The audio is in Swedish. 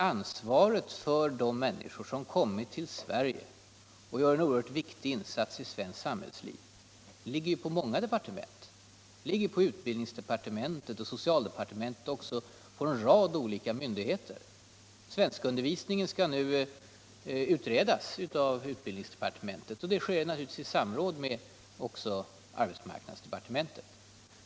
Ansvaret för de människor som kommit till Sverige och som gör en oerhört viktig insats i svenskt samhällsliv ligger på många departement. Det ligger på bl.a. utbildningsdepartementet och socialdepartementet liksom på en rad olika myndigheter. Svenskundervisningen skall nu utredas av utbildningsdepartementet, och detta sker naturligtvis också i samråd med arbetsmarknadsdepartementet.